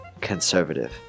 conservative